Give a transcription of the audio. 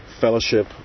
fellowship